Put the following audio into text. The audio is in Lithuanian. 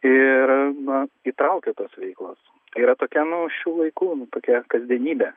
ir na įtraukia tos veiklos yra tokia nu šių laikų nu tokia kasdienybė